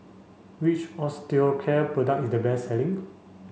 which Osteocare product is the best selling